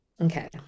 Okay